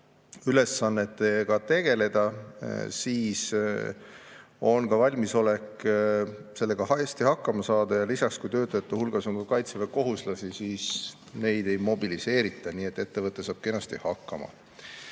ülesannetega tegeleda, siis on ka valmisolek nendega hästi hakkama saada. Lisaks, kui töötajate hulgas on kaitseväekohuslasi, siis neid ei mobiliseerita, nii et ettevõte saab kenasti hakkama. Küsiti